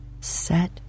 set